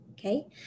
okay